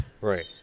Right